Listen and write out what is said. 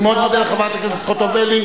אני מאוד מודה לחברת הכנסת חוטובלי.